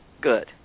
good